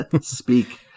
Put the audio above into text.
Speak